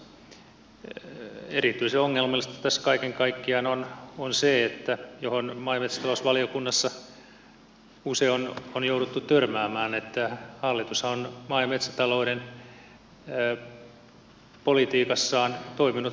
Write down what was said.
erityisen ongelmallista tässä kaiken kaikkiaan on se mihin maa ja metsätalousvaliokunnassa usein on jouduttu törmäämään että hallitushan on maa ja metsätalouden politiikassaan toiminut vastoin hallitusohjelmaa